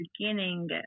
beginning